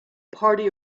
party